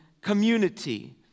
community